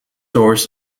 doors